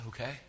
Okay